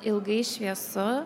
ilgai šviesu